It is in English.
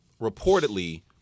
reportedly